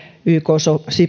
yk